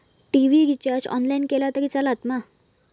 TV recharge online केला तरी चलात मा?